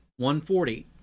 140